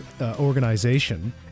organization